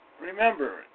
remember